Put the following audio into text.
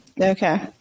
Okay